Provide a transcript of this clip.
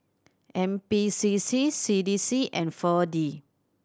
N P C C C D C and Four D